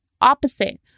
opposite